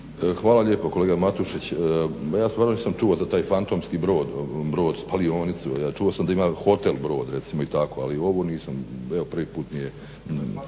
Hvala lijepo kolega Matušić. Ja stvarno nisam čuo za taj fantomski brod spalionicu, čuo sam da ima hotel brod i tako, ali ovo nisam, prvi put mi je,